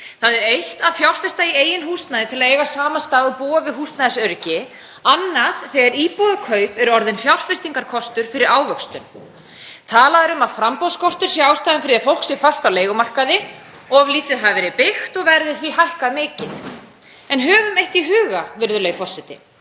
Það er eitt að fjárfesta í eigin húsnæði til að eiga samastað og búa við húsnæðisöryggi, annað þegar íbúðarkaup eru orðin fjárfestingarkostur fyrir ávöxtun. Talað er um að framboðsskortur sé ástæðan fyrir að fólk sé fast á leigumarkaði, of lítið hafi verið byggt og verðið því hækkað mikið. En höfum eitt í huga, virðulegi forseti.